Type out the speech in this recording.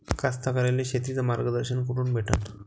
कास्तकाराइले शेतीचं मार्गदर्शन कुठून भेटन?